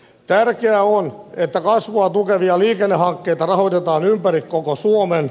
tärkeää on että kasvua tukevia liikennehankkeita rahoitetaan ympäri koko suomen